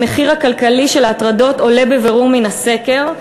המחיר הכלכלי של ההטרדות עולה בבירור מן הסקר: